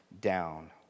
down